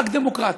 רק "דמוקרטית".